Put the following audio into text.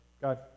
God